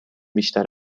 بیشتر